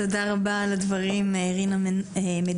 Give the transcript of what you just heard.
תודה רבה לך על הדברים רינה מדינה,